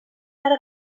ara